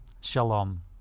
shalom